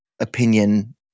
opinion